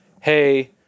Hey